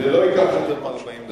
זה לא ייקח יותר מ-40 דקות, התשובה.